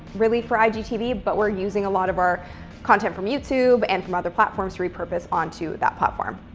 really, for igtv, but we're using a lot of our content from youtube and from other platforms, repurposed onto that platform.